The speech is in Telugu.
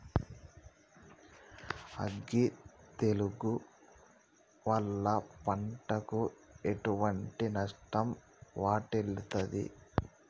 అగ్గి తెగులు వల్ల పంటకు ఎటువంటి నష్టం వాటిల్లుతది?